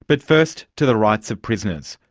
but first, to the rights of prisoners.